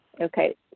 Okay